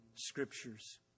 scriptures